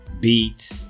beat